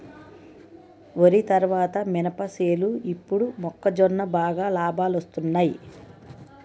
వరి తరువాత మినప సేలు ఇప్పుడు మొక్కజొన్న బాగా లాబాలొస్తున్నయ్